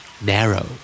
Narrow